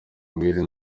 umwere